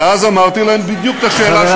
ואז אמרתי להם בדיוק את השאלה שנשאלתי.